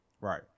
right